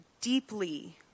deeply